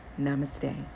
Namaste